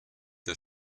der